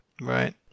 Right